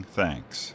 thanks